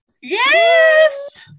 yes